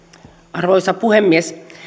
arvoisa puhemies